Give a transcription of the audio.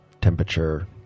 temperature